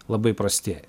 labai prastėja